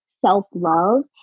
self-love